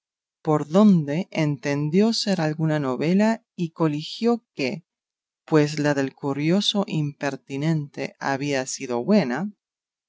por donde entendió ser alguna novela y coligió que pues la del curioso impertinente había sido buena